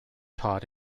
taught